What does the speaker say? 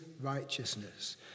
righteousness